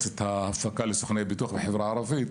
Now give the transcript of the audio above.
את ההפקה לסוכני הביטוח בחברה הערבית